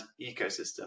Ecosystem